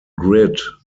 grid